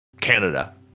Canada